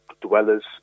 dwellers